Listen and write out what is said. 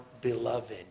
beloved